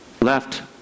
left